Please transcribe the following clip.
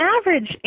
average